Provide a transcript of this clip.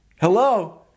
Hello